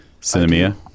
cinema